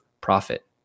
profit